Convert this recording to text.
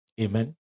Amen